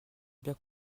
bien